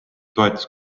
toetust